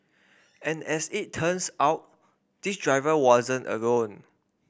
and as it turns out this driver wasn't alone